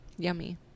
Yummy